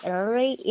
early